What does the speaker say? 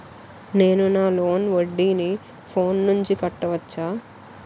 నేను నా లోన్ వడ్డీని ఫోన్ నుంచి కట్టవచ్చా?